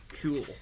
Cool